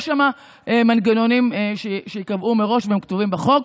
יש שם מנגנונים שייקבעו מראש והם כתובים בחוק.